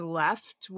left